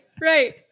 right